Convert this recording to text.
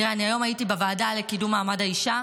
תראה, היום הייתי בוועדה לקידום מעמד האישה,